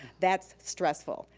that's stressful.